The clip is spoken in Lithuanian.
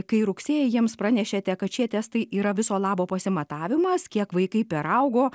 kai rugsėjį jiems pranešėte kad šie testai yra viso labo pasimatavimas kiek vaikai peraugo